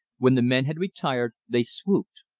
when the men had retired, they swooped.